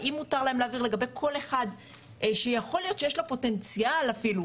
האם מותר להם להעביר לכל אחד שיכול להיות שיש לו פוטנציאל אפילו,